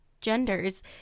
genders